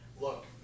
look